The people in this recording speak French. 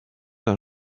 d’un